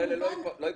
כל אלה לא יפגעו?